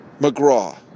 McGraw